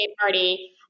party